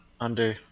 undo